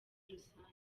rusange